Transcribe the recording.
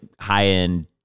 high-end